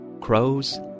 crows